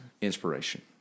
inspiration